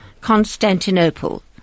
Constantinople